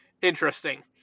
interesting